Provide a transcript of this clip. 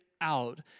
out